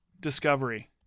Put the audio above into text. Discovery